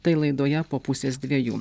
tai laidoje po pusės dviejų